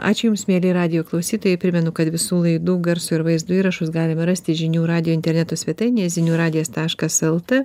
ačiū jums mieli radijo klausytojai primenu kad visų laidų garso ir vaizdo įrašus galima rasti žinių radijo interneto svetainėje ziniu radijas taškas lt